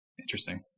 Interesting